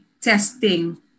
testing